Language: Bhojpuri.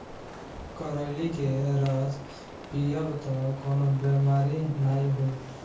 करइली के रस पीयब तअ कवनो बेमारी नाइ होई